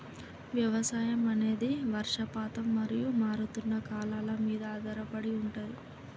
వ్యవసాయం అనేది వర్షపాతం మరియు మారుతున్న కాలాల మీద ఆధారపడి ఉంటది